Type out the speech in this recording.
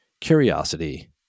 curiosity